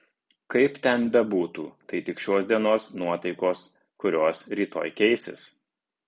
kaip ten bebūtų tai tik šios dienos nuotaikos kurios rytoj keisis